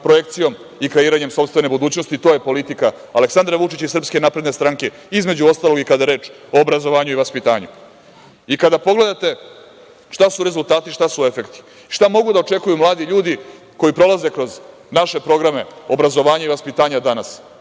projekcijom i kreiranjem sopstvene budućnosti. To je politika Aleksandra Vučića i SNS, između ostalog i kada je reč o obrazovanju i vaspitanju. Kada pogledate šta su rezultati, šta su efekti, šta mogu da očekuju mladi ljudi koji prolaze kroz naše programe obrazovanja i vaspitanja danas.